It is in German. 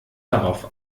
darauf